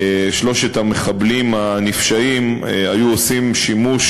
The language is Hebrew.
שלושת המחבלים הנפשעים היו עושים שימוש